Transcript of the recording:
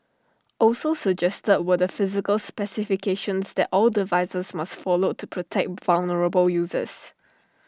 also suggested were the physical specifications that all devices must follow to protect vulnerable users